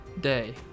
day